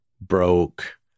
broke